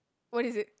what is it